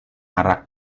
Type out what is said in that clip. arak